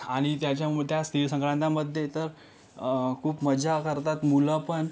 आणि त्याच्यामुळे त्या तीळ संक्रांतीमध्ये तर खूप मजा करतात मुलं पण